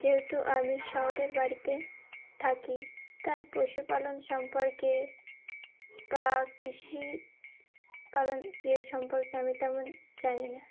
যেহেতু আমি শহরের বাড়িতে থাকি তাই পশুপালন সম্পর্কে বা কৃষি পালন ই সম্পর্কে আমি তেমন জানি না